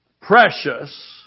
precious